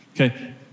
Okay